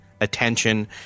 attention